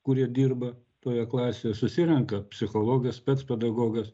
kurie dirba toje klasėje susirenka psichologas spec pedagogas